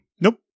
Nope